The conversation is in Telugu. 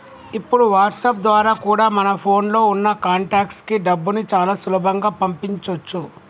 ఇప్పుడు వాట్సాప్ ద్వారా కూడా మన ఫోన్ లో ఉన్న కాంటాక్ట్స్ కి డబ్బుని చాలా సులభంగా పంపించొచ్చు